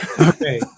Okay